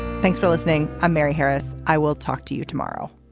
thanks for listening. i'm mary harris. i will talk to you tomorrow